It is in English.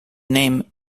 name